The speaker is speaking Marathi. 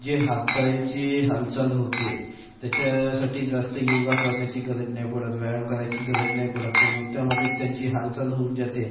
जी हातपायची हालचाल होते त्याच्यासाठी जास्त योगा करण्याची गरज नाही पडत व्यायाम करायची गरज नाही पडत ते नृत्यामध्येच त्यांची हालचाल होऊन जाते